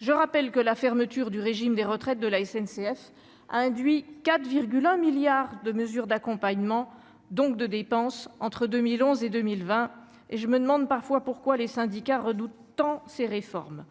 je rappelle que la fermeture du régime des retraites de la SNCF a induit 4 virgule un milliards de mesures d'accompagnement donc de dépenses entre 2011 et 2020 et je me demande parfois pourquoi les syndicats redoutent tant ces réformes